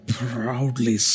proudly